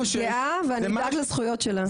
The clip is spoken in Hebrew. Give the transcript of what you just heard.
היא ג'ינג'ית גאה ואני אדאג לזכויות שלה.